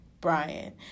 Brian